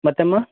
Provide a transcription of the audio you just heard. ಮತ್ತೆ ಅಮ್ಮ